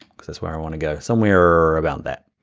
because that's where i wanna go, somewhere about that.